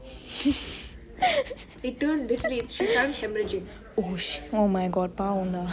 oh sh~ oh my god பாவொலா:paavolaa